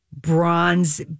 bronze